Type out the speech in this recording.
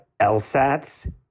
LSATs